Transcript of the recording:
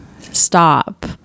stop